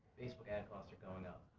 facebook ad costs are going up.